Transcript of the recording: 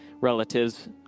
relatives